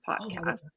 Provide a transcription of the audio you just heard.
podcast